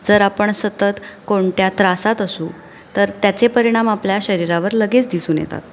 जर आपण सतत कोणत्या त्रासात असू तर त्याचे परिणाम आपल्या शरीरावर लगेच दिसून येतात